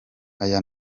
aya